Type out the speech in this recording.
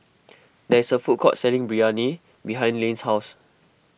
there is a food court selling Biryani behind Lane's house